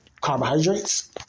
Carbohydrates